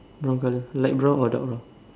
brown colour light brown or dark brown